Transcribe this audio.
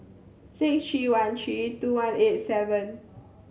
six three one three two one eight seven